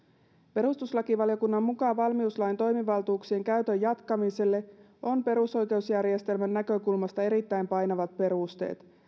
perustuslakivaliokunnan mukaan valmiuslain toimivaltuuksien käytön jatkamiselle on perusoikeusjärjestelmän näkökulmasta erittäin painavat perusteet